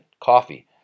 coffee